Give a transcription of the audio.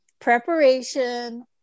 preparation